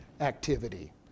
activity